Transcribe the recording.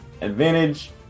advantage